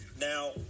Now